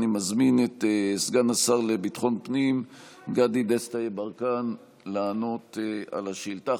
אני מזמין את סגן השר לביטחון הפנים גדי דסטה יברקן לענות על השאילתה.